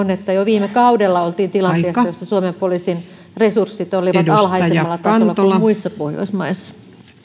on että jo viime kaudella oltiin tilanteessa jossa suomen poliisin resurssit olivat alhaisemmalla tasolla kuin muissa pohjoismaissa